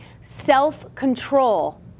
self-control